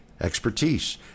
expertise